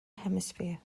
hemisphere